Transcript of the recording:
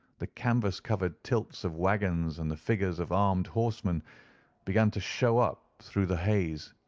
the canvas-covered tilts of waggons and the figures of armed horsemen began to show up through the haze,